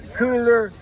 cooler